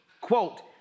Quote